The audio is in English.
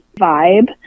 vibe